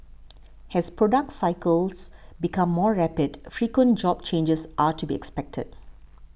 as product cycles become more rapid frequent job changes are to be expected